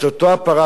את אותה פרה,